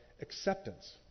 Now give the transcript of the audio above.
acceptance